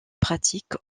pratique